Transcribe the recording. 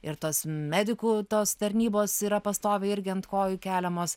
ir tos medikų tos tarnybos yra pastoviai irgi ant kojų keliamos